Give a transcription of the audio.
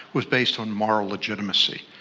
was based on moral legitimacy.